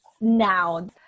now